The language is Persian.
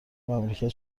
مملکت